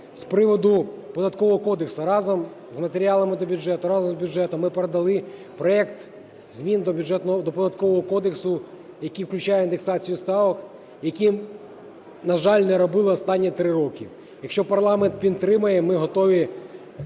З приводу Податкового кодексу. Разом з матеріалами до бюджету, разом з бюджетом ми передали проект змін до Податкового кодексу, який включає індексацію ставок, який, на жаль, не робив останні 3 роки. Якщо парламент підтримає, ми готові